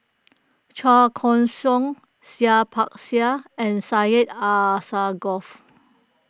Chua Koon Siong Seah Peck Seah and Syed Alsagoff